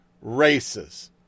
races